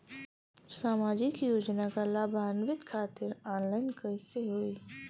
सामाजिक योजना क लाभान्वित खातिर ऑनलाइन कईसे होई?